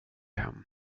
hem